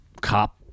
cop